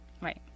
Right